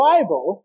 Bible